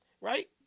right